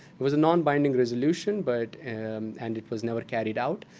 it was a non-binding resolution, but and and it was never carried out,